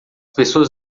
pessoas